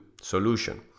Solution